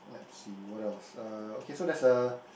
let's see what else uh okay so there's a